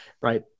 right